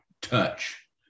touch